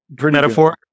metaphor